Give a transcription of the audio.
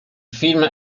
film